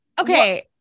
Okay